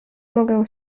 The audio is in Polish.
mogę